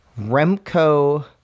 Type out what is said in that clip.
Remco